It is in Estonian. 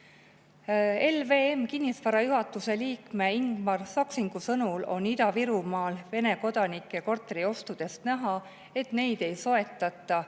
LVM Kinnisvara juhatuse liikme Ingmar Saksingu sõnul on Ida-Virumaal Vene kodanike korteriostudest näha, et neid ei soetata